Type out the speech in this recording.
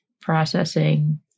processing